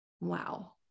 Wow